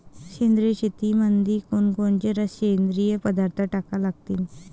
सेंद्रिय शेतीमंदी कोनकोनचे सेंद्रिय पदार्थ टाका लागतीन?